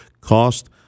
cost